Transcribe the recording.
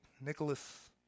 Nicholas